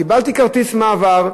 קיבלתי כרטיס מעבר,